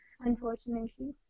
unfortunately